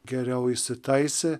geriau įsitaisė